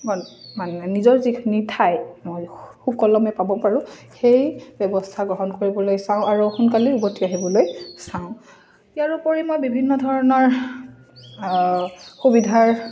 ম মানে নিজৰ যিখিনি ঠাই মই সুকলমে পাব পাৰোঁ সেই ব্যৱস্থা গ্ৰহণ কৰিবলৈ চাওঁ আৰু সোনকালে উভতি আহিবলৈ চাওঁ ইয়াৰ উপৰি মই বিভিন্ন ধৰণৰ সুবিধাৰ